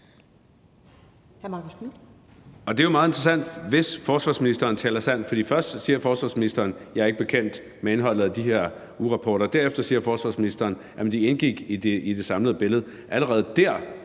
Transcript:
Det er jo meget interessant, at man siger: Hvis forsvarsministeren taler sandt. For først siger forsvarsministeren: Jeg er ikke bekendt med indholdet af de her ugerapporter. Derefter siger forsvarsministeren: Jamen de indgik i det samlede billede. Allerede dér